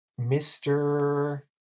Mr